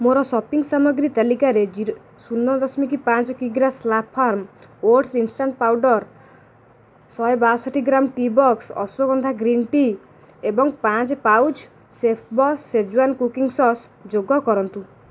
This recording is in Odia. ମୋର ସପିଂ ସାମଗ୍ରୀ ତାଲିକାରେ ଜିରୋ ଶୂନ ଦଶମିକ କିଗ୍ରା slurrp for oats instant powder ଶହେ ବାଷଠି gram tea box ashwagandha green tea ଏବଂ ପାଞ୍ଚ pouch chef boss schezwan cooking sauce ଯୋଗ କରନ୍ତୁ